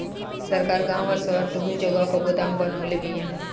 सरकार गांव आ शहर दूनो जगह पर गोदाम बनवले बिया